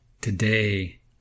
Today